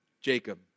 Jacob